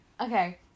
Okay